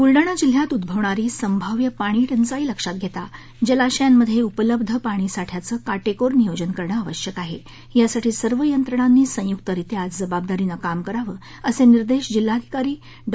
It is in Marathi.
बूलडाणा जिल्ह्यात उद्भवणारी संभाव्य पाणी टंचाई लक्षात घेता जलाशयांमध्ये उपलब्ध पाणी साठ्याचं काटेकोर नियोजन करणं आवश्यक आहे त्यासाठी सर्व यंत्रणांनी संयुक्तरित्या जबाबदारीने काम करावं असे निर्देश जिल्हाधिकारी डॉ